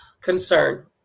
concern